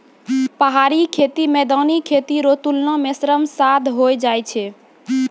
पहाड़ी खेती मैदानी खेती रो तुलना मे श्रम साध होय जाय छै